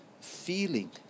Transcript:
feeling